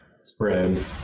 spread